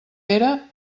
pere